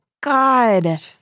God